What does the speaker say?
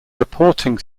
reporting